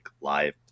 live